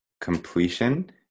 completion